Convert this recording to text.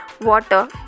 water